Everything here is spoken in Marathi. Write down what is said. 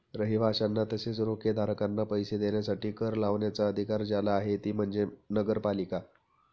रहिवाशांना तसेच रोखेधारकांना पैसे देण्यासाठी कर लावण्याचा अधिकार ज्याला आहे ती म्हणजे नगरपालिका